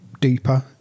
deeper